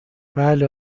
بله